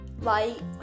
light